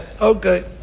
Okay